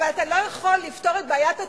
אבל אתה לא יכול לפתור את בעיית התורים,